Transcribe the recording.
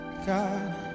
God